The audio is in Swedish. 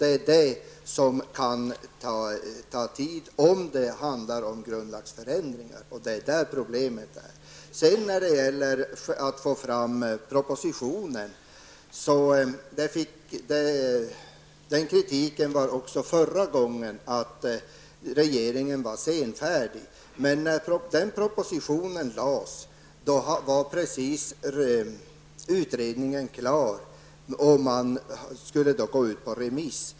Det är det som kan ta tid, om det handlar om grundlagsförändringar, och det är där problemet ligger. Också förra gången framfördes kritik om att regeringen var senfärdig. Men när den propositionen lades fram var utredningen precis klar och skulle gå ut på remiss.